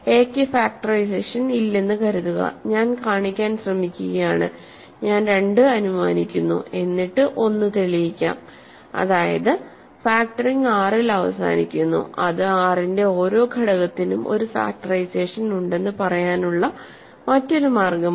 A ക്ക് factorisation ഇല്ലെന്ന് കരുതുക ഞാൻ കാണിക്കാൻ ശ്രമിക്കുകയാണ് ഞാൻ രണ്ട് അനുമാനിക്കുന്നു എന്നിട്ട് ഒന്ന് തെളിയിക്കാം അതായത് ഫാക്ടറിംഗ് R ൽ അവസാനിക്കുന്നു അത് R ന്റെ ഓരോ ഘടകത്തിനും ഒരു ഫാക്ടറൈസേഷൻ ഉണ്ടെന്ന് പറയാനുള്ള മറ്റൊരു മാർഗ്ഗമാണ്